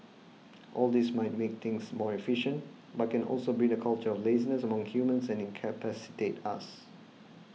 all this might make things more efficient but can also breed a culture of laziness among humans and incapacitate us